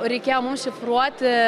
reikėjo mums šifruoti